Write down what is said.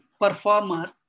performer